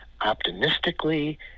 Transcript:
optimistically